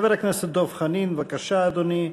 חבר הכנסת דב חנין, בבקשה, אדוני.